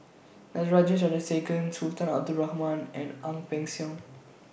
Natarajan Chandrasekaran Sultan Abdul Rahman and Ang Peng Siong